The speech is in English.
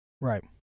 Right